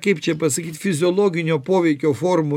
kaip čia pasakyt fiziologinio poveikio formų